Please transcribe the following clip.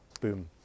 boom